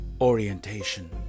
orientation